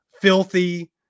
filthy